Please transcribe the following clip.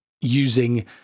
using